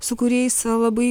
su kuriais labai